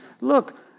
look